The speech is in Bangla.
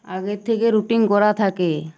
আগের থেকে রুটিন করা থাকে